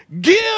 give